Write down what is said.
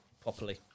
properly